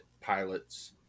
pilots